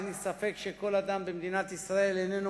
אין לי ספק שכל אדם במדינת ישראל איננו